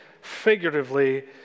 figuratively